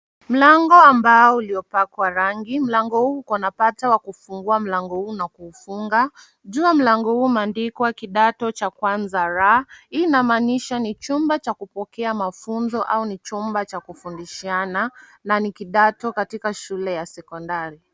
Mlango wa mbao uliopakwa rangi, mlango huu uko na pata wa kufungua mlango huu na kuufunga. Juu ya mlanho huu umeandikwa kidato cha kwanza R, hii inamaanisha ni chumba cha kupokea mafunzo au ni chumba cha kufundishana na ni kidato katika shule ya sekondari.